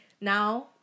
now